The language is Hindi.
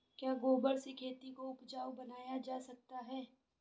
क्या गोबर से खेती को उपजाउ बनाया जा सकता है?